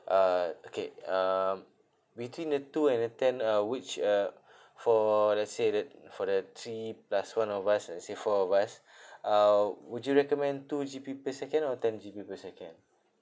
ah okay um between the two and the ten uh which uh for let's say that for the three plus one of us let's say four of us uh would you recommend two G_B per second or ten G_B per second